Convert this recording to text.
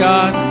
God